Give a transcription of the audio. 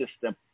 system